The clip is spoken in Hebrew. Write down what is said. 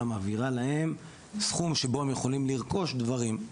אלא מעבירה להם סכום שבו עם יכולים לרכוש דברים.